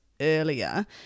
earlier